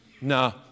no